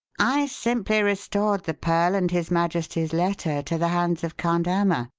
i simply restored the pearl and his majesty's letter to the hands of count irma,